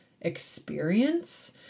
experience